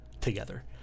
together